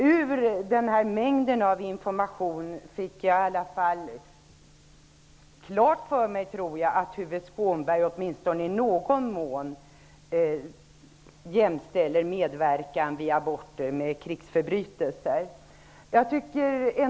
Ur den här mängden av information fick jag i alla fall klart för mig, tror jag, att Tuve Skånberg åtminstone i någon mån jämställer medverkan vid aborter med krigsförbrytelser.